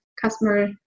customer